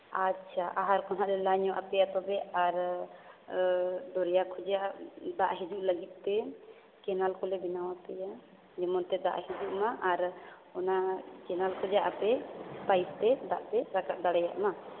ᱟᱪᱪᱷᱟ ᱟᱦᱟᱨ ᱠᱚᱦᱚᱸᱞᱮ ᱞᱟ ᱧᱚᱜ ᱟᱯᱮᱭᱟ ᱛᱚᱵᱮ ᱟᱨ ᱫᱚᱨᱭᱟ ᱠᱷᱚᱡᱟᱜ ᱫᱟᱜ ᱦᱤᱡᱩᱜ ᱞᱟᱹᱜᱤᱫ ᱛᱮ ᱠᱮᱱᱮᱞ ᱠᱚᱞᱮ ᱵᱮᱱᱟᱣᱟᱯᱮᱭᱟ ᱡᱮᱢᱚᱱ ᱛᱮ ᱫᱟᱜ ᱦᱤᱡᱩᱜᱼᱢᱟ ᱟᱨ ᱚᱱᱟ ᱠᱮᱱᱮᱞ ᱠᱷᱚᱡᱟᱜ ᱟᱯᱮ ᱯᱟᱭᱤᱯ ᱛᱮ ᱫᱟᱜ ᱯᱮ ᱨᱟᱠᱟᱵ ᱫᱟᱲᱮᱭᱟᱜ ᱢᱟ